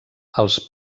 als